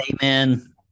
Amen